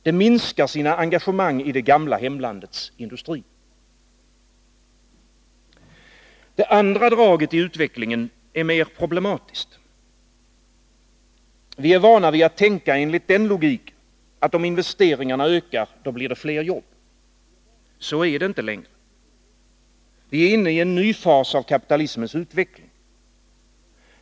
Det minskar sina engagemang i det gamla hemlandets industri. Det andra draget i utvecklingen är mer problematiskt. Vi är vana att tänka enligt den logiken, att om investeringarna ökar blir det fler jobb. Så är det inte längre. Vi är inne i en ny fas av kapitalismens utveckling.